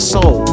Soul